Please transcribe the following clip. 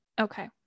Okay